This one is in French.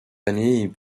années